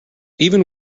even